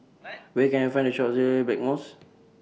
Where Can I Find The Shop sells Blackmores